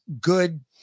good